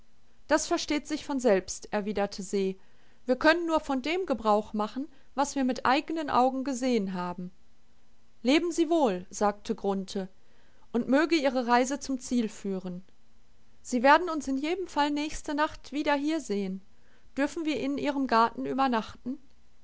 das versteht sich von selbst erwiderte se wir können nur von dem gebrauch machen was wir mit eignen augen gesehen haben leben sie wohl sagte grunthe und möge ihre reise zum ziel führen sie werden uns in jedem fall nächste nacht wieder hier sehen dürfen wir in ihrem garten übernachten